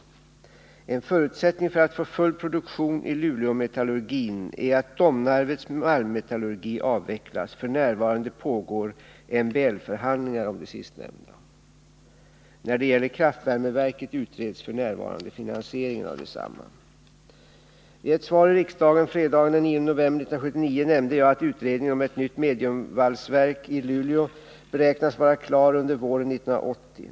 En förutsättning för att få full produktion i Luleåmetallurgin är att Domnarvets malmmetallurgi avvecklas. F. n. pågår MBL-förhandlingar om det sistnämnda. När det gäller kraftvärmeverket utreds f. n. finansieringen av detsamma. I ett svar i riksdagen fredagen den 9 november 1979 nämnde jag att utredningen om ett nytt mediumvalsverk i Luleå beräknas vara klar under våren 1980.